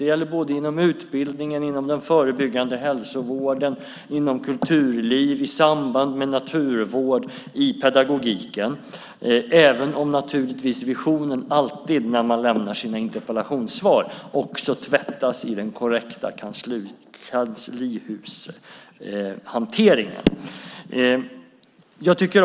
Det gäller inom utbildningen, inom den förebyggande hälsovården, inom kulturlivet, i samband med naturvården och i pedagogiken även om visionen naturligtvis alltid när man lämnar sina interpellationssvar också tvättas i den korrekta kanslihushanteringen.